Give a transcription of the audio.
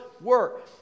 work